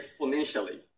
exponentially